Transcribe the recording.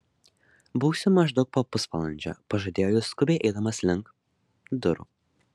būsiu maždaug po pusvalandžio pažadėjo jis skubiai eidamas link durų